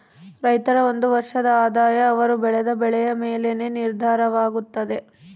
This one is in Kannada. ರೈತರ ಒಂದು ವರ್ಷದ ಆದಾಯ ಅವರು ಬೆಳೆದ ಬೆಳೆಯ ಮೇಲೆನೇ ನಿರ್ಧಾರವಾಗುತ್ತದೆ